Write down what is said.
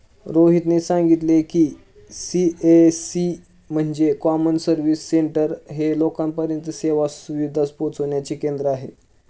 रोहितने सांगितले की, सी.एस.सी म्हणजे कॉमन सर्व्हिस सेंटर हे लोकांपर्यंत सेवा सुविधा पोहचविण्याचे केंद्र आहे